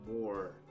more